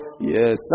Yes